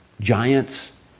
giants